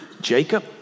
Jacob